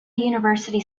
university